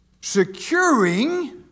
Securing